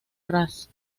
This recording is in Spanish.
ras